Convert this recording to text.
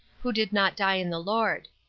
who did not die in the lord.